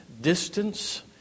distance